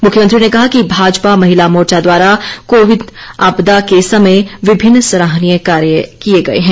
मुख्यमंत्री ने कहा कि भाजपा महिला मोर्चा द्वारा भी कोविड आपदा के समय विभिन्न सराहनीय कार्य किये गए हैं